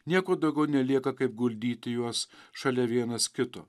nieko daugiau nelieka kaip guldyti juos šalia vienas kito